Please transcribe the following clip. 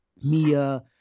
Mia